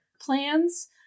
plans